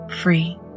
free